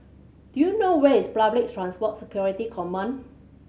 do you know where is Public Transport Security Command